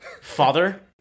Father